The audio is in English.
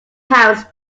pounds